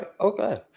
Okay